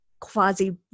quasi